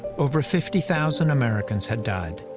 over fifty thousand americans had died,